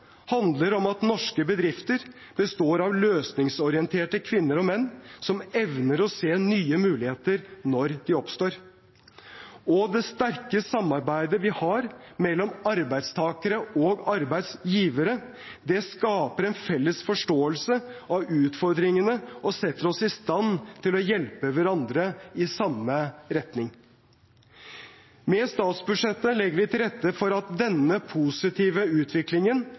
handler om at norske bedrifter består av løsningsorienterte kvinner og menn som evner å se nye muligheter når de oppstår. Og det sterke samarbeidet vi har mellom arbeidstagere og arbeidsgivere, skaper en felles forståelse av utfordringene og setter oss i stand til å hjelpe hverandre i samme retning. Med statsbudsjettet legger vi til rette for at denne positive utviklingen